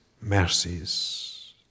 mercies